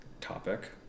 topic